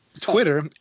Twitter